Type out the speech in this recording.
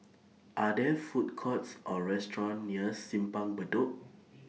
Are There Food Courts Or restaurants near Simpang Bedok